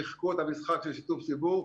שיחקו את המשחק של שיתוף ציבור,